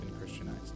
Christianized